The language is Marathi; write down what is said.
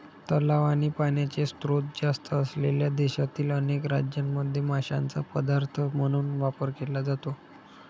तलाव आणि पाण्याचे स्त्रोत जास्त असलेल्या देशातील अनेक राज्यांमध्ये माशांचा पदार्थ म्हणून वापर केला जातो